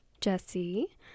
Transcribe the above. jesse